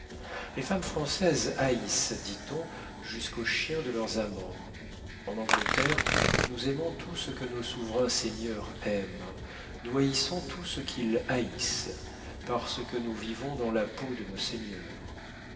les femmes françaises haïssent dit-on jusqu'au chien de leurs amants en angleterre nous aimons tout ce que nos souverains seigneurs aiment nous haïssons tout ce qu'ils haïssent parce que nous vivons dans la peau de nos seigneurs